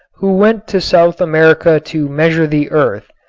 who went to south america to measure the earth,